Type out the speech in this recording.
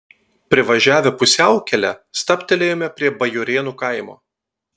privažiavę pusiaukelę stabtelėjome prie bajorėnų kaimo